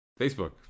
Facebook